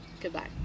Goodbye